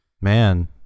Man